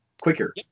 quicker